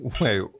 Wait